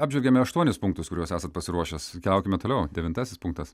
apžvelgėme aštuonis punktus kuriuos esat pasiruošęs keliaukime toliau devintasis punktas